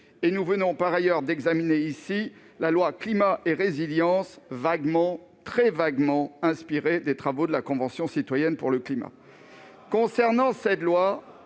Nous venons par ailleurs d'examiner ici la loi Climat et résilience, très vaguement inspirée des travaux de la Convention citoyenne pour le climat. Pour ce qui